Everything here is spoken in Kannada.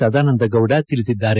ಸದಾನಂದಗೌಡ ತಿಳಿಸಿದ್ದಾರೆ